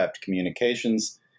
communications